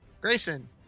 Grayson